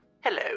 Hello